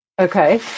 Okay